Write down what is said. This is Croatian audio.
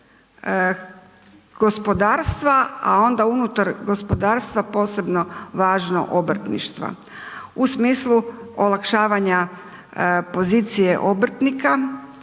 gospodarstva, a onda unutar gospodarstva posebno važno obrtništva u smislu olakšavanja pozicije obrtnika,